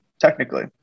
technically